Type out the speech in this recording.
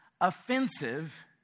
offensive